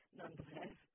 nonetheless